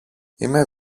είμαι